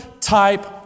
type